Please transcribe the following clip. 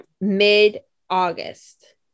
mid-August